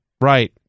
right